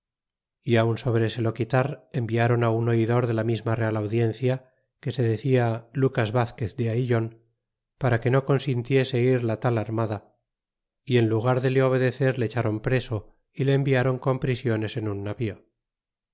y aun sobre se lo quitar environ un oidor de la misma real audiencia que se decia lucas vazquez de aillon para que no consintiese ir la tal armada y en lugar de le obedecer le echron preso y le environ con prisiones en un navío